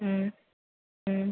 ம் ம்